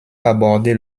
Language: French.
aborder